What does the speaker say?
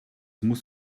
muss